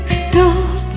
stop